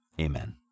amen